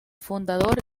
fundador